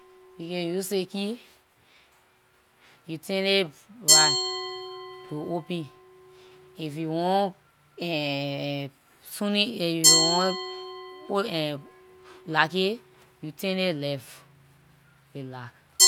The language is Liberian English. You can use the key, you turn it right to open. If you want ehn- ehn something, if you want ehn lock it, you turn it left- aay lock.